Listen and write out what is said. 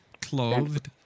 clothed